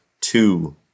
two